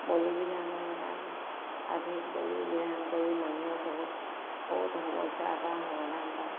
বলি বিধান হয় তাত তাত সেই বলি বিধান কৰি মানুহে বহুত বহুত সমস্যাৰ পৰা সমাধান পায়